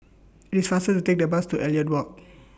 IT IS faster to Take The Bus to Elliot Walk